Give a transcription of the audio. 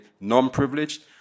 non-privileged